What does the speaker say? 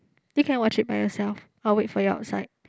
you can watch it by yourself I wait for you outside